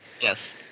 Yes